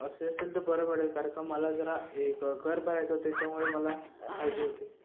असे असेल तर बरं पडेल कारण का मला जरा एक कर भरायचा होतं त्याच्यामुळे मला पाहिजे होते